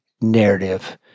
narrative